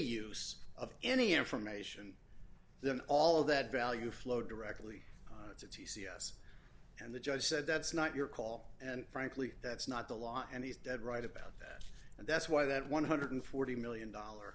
use of any information then all of that value flow directly it's a t c s and the judge said that's not your call and frankly that's not the law and he's dead right about that and that's why that one hundred and forty million dollar